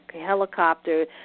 helicopter